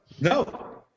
No